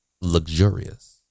luxurious